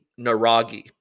Naragi